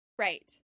Right